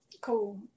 Cool